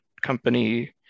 company